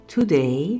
Today